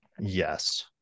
Yes